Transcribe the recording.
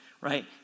Right